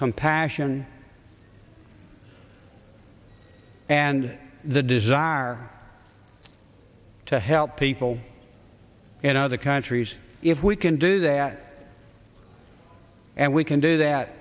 compassion and the desire to help people in other countries if we can do that and we can do that